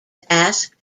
asked